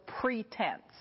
pretense